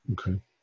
okay